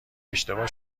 اشتباه